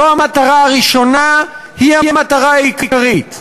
זו המטרה הראשונה, היא המטרה העיקרית.